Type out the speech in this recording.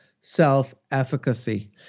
self-efficacy